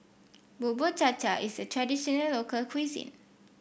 Bubur Cha Cha is a traditional local cuisine